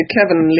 Kevin